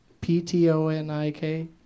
P-T-O-N-I-K